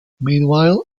meanwhile